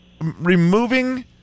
removing